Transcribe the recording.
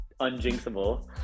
unjinxable